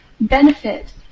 benefit